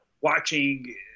Watching